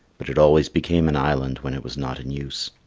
but it always became an island when it was not in use.